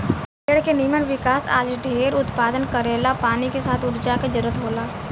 भेड़ के निमन विकास आ जढेर उत्पादन करेला पानी के साथ ऊर्जा के जरूरत होला